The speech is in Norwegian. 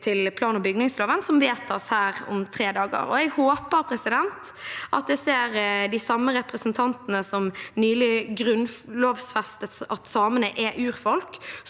i plan- og bygningsloven, som skal vedtas her om tre dager. Jeg håper jeg ser de samme representantene som nylig grunnlovfestet at samene er urfolk,